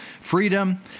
freedom